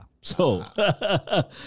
so-